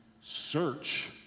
search